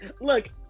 Look